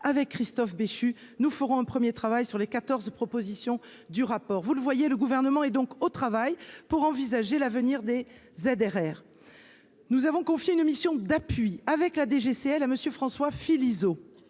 avec Christophe Béchu, nous ferons un 1er, travail sur les 14 propositions du rapport, vous le voyez, le gouvernement et donc au travail pour envisager l'avenir des ZRR nous avons confié une mission d'appui avec la DGCL à monsieur François Philizot,